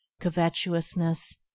covetousness